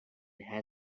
had